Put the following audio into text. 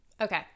Okay